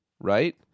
right